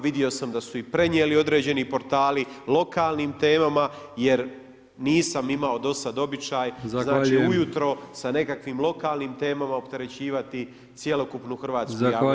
Vidio sam da su ih prenijeli određeni portali, lokalnim temama jer nisam imam dosad običaj, znači ujutro sa nekakvim lokalnim temama opterećivati cjelokupnu hrvatsku javnost.